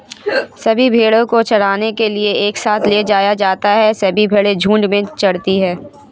सभी भेड़ों को चराने के लिए एक साथ ले जाया जाता है सभी भेड़ें झुंड में चरती है